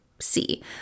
see